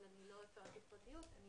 אני